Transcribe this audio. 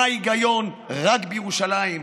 מה ההיגיון רק בירושלים,